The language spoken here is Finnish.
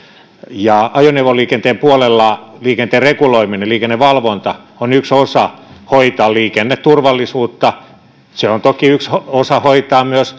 ajoneuvoliikenteen puolella liikenteen reguloiminen liikennevalvonta on yksi osa hoitaa liikenneturvallisuutta se on toki myös yksi osa